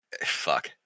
fuck